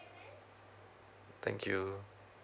thank you